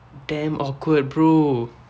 damn awkward bro